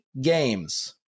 games